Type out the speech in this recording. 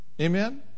Amen